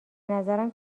نظرم